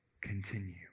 continue